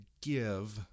give